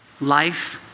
life